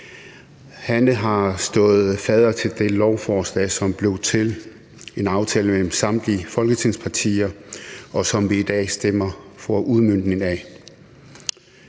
Hanne har stået fadder til det lovforslag, som blev til i en aftale mellem samtlige Folketingspartier, og som vi i dag førstebehandler.